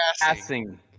passing